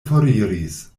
foriris